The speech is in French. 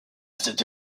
cette